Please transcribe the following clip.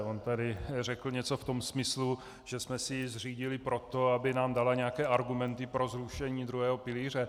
On tady řekl něco v tom smyslu, že jsme si ji zřídili proto, aby nám dala nějaké argumenty pro zrušení druhého pilíře.